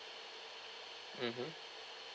mmhmm